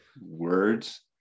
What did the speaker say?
words